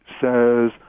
says